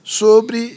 sobre